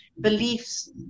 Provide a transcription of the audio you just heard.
beliefs